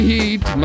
Heat